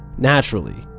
naturally,